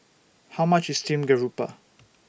How much IS Steamed Garoupa